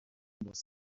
was